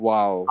Wow